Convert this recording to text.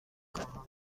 خواهم